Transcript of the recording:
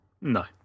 No